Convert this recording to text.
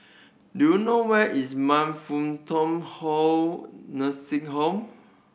do you know where is Man Fut Tong Hold Nursing Home